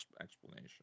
explanation